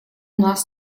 нас